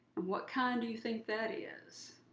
and what kind do you think that is?